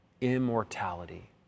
immortality